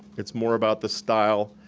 it's more about the style,